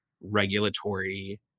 regulatory